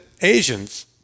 Asians